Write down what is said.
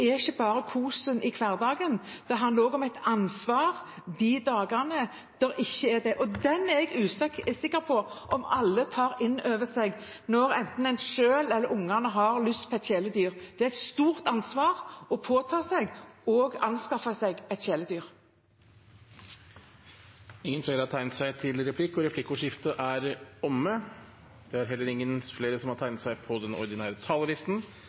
ikke bare er kosen i hverdagen. Det handler også om et ansvar de dagene det ikke er det. Det er jeg usikker på om alle tar inn over seg når enten en selv eller ungene har lyst på et kjæledyr. Det er et stort ansvar en påtar seg når en anskaffer seg et kjæledyr. Replikkordskiftet er omme. Flere har ikke bedt om ordet til